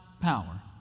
power